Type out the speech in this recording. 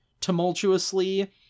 tumultuously